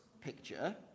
picture